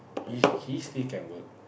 he he still can work